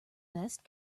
best